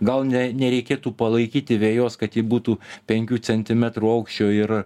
gal ne nereikėtų palaikyti vejos kad ji būtų penkių centimetrų aukščio ir